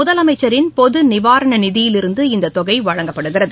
முதலமைச்சரின் பொது நிவாரண நிதியிலிருந்து இந்தத் தொகை வழங்கப்படுகிறது